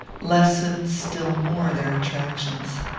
lessened still more their attractions.